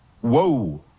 whoa